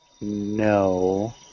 No